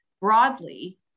Broadly